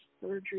surgery